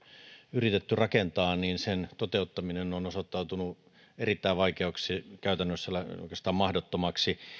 yritetty rakentaa niin sen toteuttaminen on osoittautunut erittäin vaikeaksi käytännössä oikeastaan mahdottomaksi